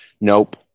Nope